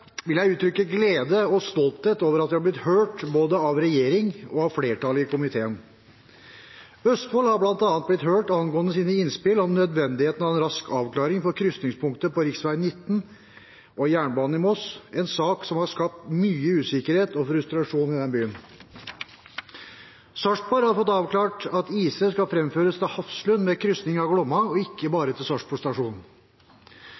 vil jeg uttrykke glede og stolthet over at vi har blitt hørt både av regjeringen og av flertallet i komiteen. Østfold har bl.a. blitt hørt angående sine innspill om nødvendigheten av en rask avklaring for krysningspunktet for rv. 19 og jernbanen i Moss, en sak som har skapt mye usikkerhet og frustrasjon i den byen. Sarpsborg har fått avklart at intercity skal framføres til Hafslund, med kryssing av Glomma, og ikke